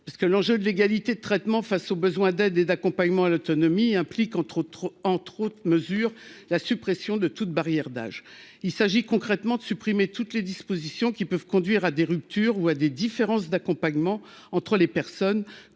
Parce que l'enjeu de l'égalité de traitement face au besoin d'aide et d'accompagnement à l'autonomie implique entre autres, entre autres mesures, la suppression de toute barrière d'âge, il s'agit, concrètement, de supprimer toutes les dispositions qui peuvent conduire à des ruptures ou à des différences d'accompagnement entre les personnes,